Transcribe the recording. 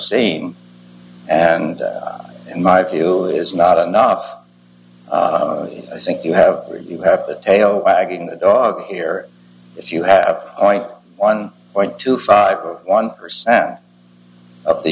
seen and in my view is not enough i think you have you have the tail wagging the dog here if you have a point one point two five one percent of the